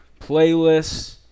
playlists